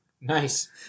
Nice